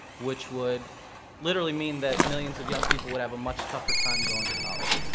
which would literally mean that millions of young people would have a much tougher time going to college.